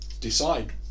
decide